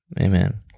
Amen